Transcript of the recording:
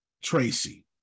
tracy